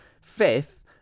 fifth